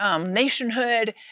nationhood